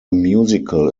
musical